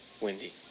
Wendy